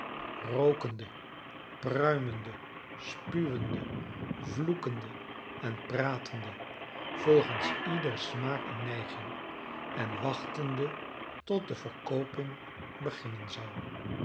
rookende pruimende spuwende vloekende en pratende volgens ieders smaak en neiging en wachtende tot de verkooping beginnen zou